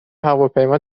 هواپیما